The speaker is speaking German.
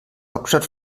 hauptstadt